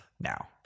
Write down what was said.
now